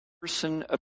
person